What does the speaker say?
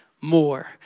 more